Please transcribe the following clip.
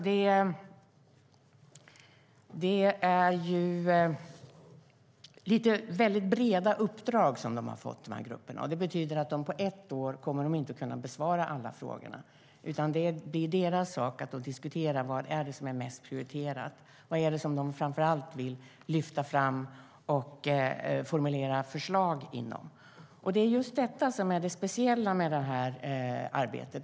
Grupperna har fått väldigt breda uppdrag. Det betyder att de inte kommer att hinna besvara alla frågor på ett år. Det är deras sak att diskutera vad som är mest prioriterat och vad de framför allt vill lyfta fram och formulera förslag om. Det är just detta som är det speciella med det här arbetet.